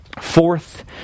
Fourth